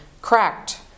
Cracked